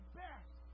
best